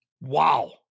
Wow